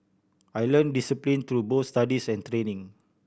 I learnt discipline through both studies and training